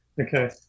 Okay